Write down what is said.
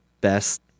best